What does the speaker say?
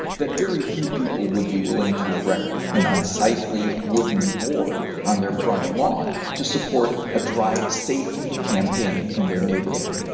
that very few people would be willing to erect an unsightly wooden board on their front lawn to support a drive safely campaign in their neighborhood.